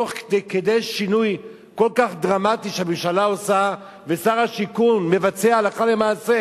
תוך כדי שינוי כל כך דרמטי שהממשלה עושה ושר השיכון מבצע הלכה למעשה,